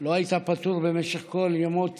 לא היית פטור במשך כל ימות